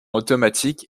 automatique